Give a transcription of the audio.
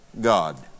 God